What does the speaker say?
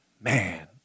Man